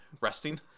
resting